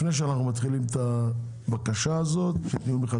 לפני שאנחנו מתחילים את הדיון מחדש,